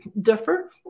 differ